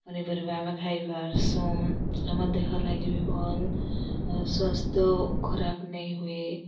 ପନିପରିବା ଆମେ ଖାଇପାର୍ସୁଁ ଆମର୍ ଦେହ ଲାଗି ବି ଭଲ୍ ସ୍ୱାସ୍ଥ୍ୟ ଖରାପ୍ ନାଇ ହୁଏ